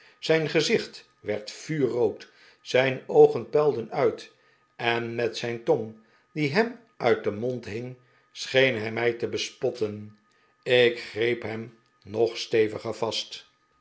zijn gezicht werd vuurrood zijn oogen puilden uit en met zijn tong die hem uit zijn mond hing scheen hij mij te bespotten ik greep hem nog steviger vast